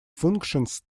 functions